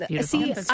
See